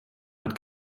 hat